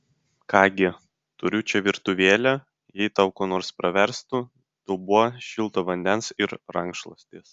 ką gi turiu čia virtuvėlę jei tau kuo nors praverstų dubuo šilto vandens ir rankšluostis